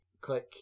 click